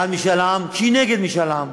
בעד משאל עם כשהיא נגד משאל עם.